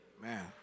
Man